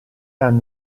hanno